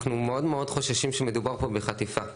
אנחנו מאוד מאוד חוששים שמדובר פה בחטיפה,